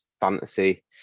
fantasy